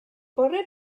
bore